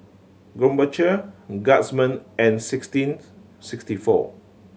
Krombacher Guardsman and sixteen sixty four